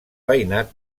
veïnat